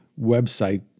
website